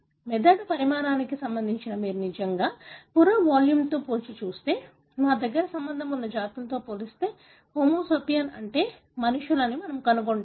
మెదడు పరిమాణానికి సంబంధించి మీరు నిజంగా పుర్రె వాల్యూమ్ని పోల్చి చూస్తే మా దగ్గరి సంబంధం ఉన్న జాతులతో పోలిస్తే హోమో సేపియన్స్ అంటే మనుషులు అని మనము కనుగొంటాము